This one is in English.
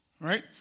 right